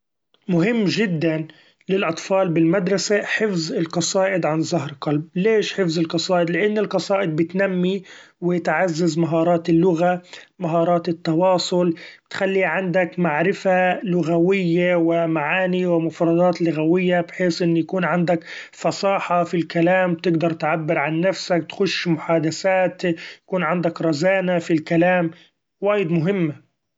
مهم جدا للأطفال بالمدرسة حفظ القصائد عن ظهر قلب ليش حفظ القصائد ؛ لأن القصائد بتنمي و تعزز مهارات اللغة ، مهارات التواصل ، تخلي عندك معرفة لغويي و معاني و مفردات لغوية بحيث أن يكون عندك فصاحة في الكلام تقدر تعبر عن نفسك تخش محادثات يكون عندك رزانة ف الكلام ، وايد مهمة.